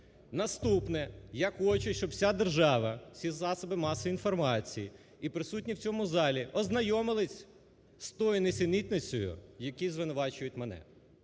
Наступне. Я хочу, щоб вся держава, всі засоби масової інформації і присутні в цьому залі ознайомились з тою нісенітницею в якій звинувачують мене,